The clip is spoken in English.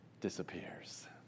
disappears